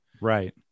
Right